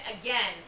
again